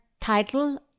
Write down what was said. title